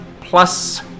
plus